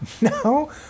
No